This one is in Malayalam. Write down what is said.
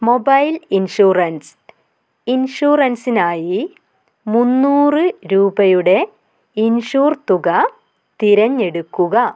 മൊബൈൽ ഇൻഷുറൻസ് ഇൻഷുറൻസിനായി മുന്നൂറ് രൂപയുടെ ഇൻഷുർ തുക തിരഞ്ഞെടുക്കുക